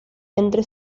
entre